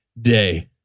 day